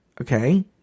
Okay